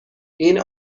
این